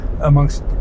amongst